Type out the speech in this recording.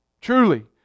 Truly